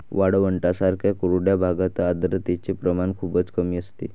वाळवंटांसारख्या कोरड्या भागात आर्द्रतेचे प्रमाण खूपच कमी असते